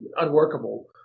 unworkable